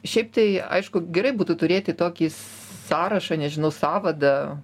šiaip tai aišku gerai būtų turėti tokį sąrašą nežinau sąvadą